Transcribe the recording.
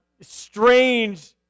strange